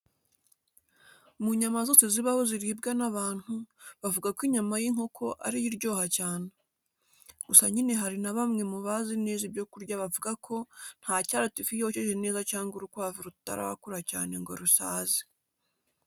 Mu nyama zose zibaho ziribwa n'abantu, bavuga ko inyama y'inkoko ari yo iryoha cyane. Gusa nyine hari na bamwe mu bazi neza ibyo kurya bavuga ko nta cyaruta ifi yokeje neza cyangwa urukwavu rutarakura cyane ngo rusaze.